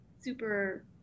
super